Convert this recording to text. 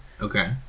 Okay